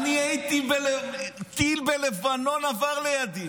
הייתי בלבנון, טיל בלבנון עבר לידי.